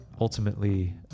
ultimately